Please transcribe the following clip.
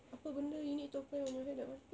apa benda you need to apply on your hair that [one]